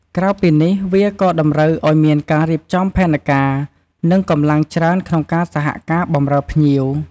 ផ្ដល់ព័ត៌មាន និងជំនួយចាំបាច់ ពុទ្ធបរិស័ទអាចជាអ្នកផ្ដល់ ព័ត៌មានទាក់ទងនឹងកម្មវិធីបុណ្យ កាលវិភាគ ឬកន្លែងផ្សេងៗនៅក្នុងបរិវេណវត្ត ដូចជាបន្ទប់ទឹក កន្លែងដាក់អីវ៉ាន់ជាដើម។